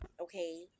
Okay